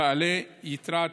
בעלי יתרת